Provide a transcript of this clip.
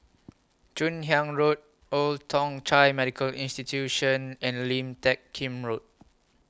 Joon Hiang Road Old Thong Chai Medical Institution and Lim Teck Kim Road